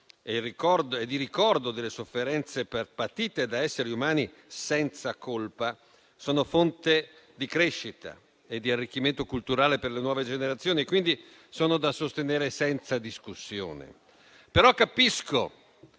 e di ricordo delle sofferenze patite da esseri umani senza colpa sono fonte di crescita e di arricchimento culturale per le nuove generazioni; sono quindi da sostenere senza discussione. Capisco